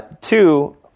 Two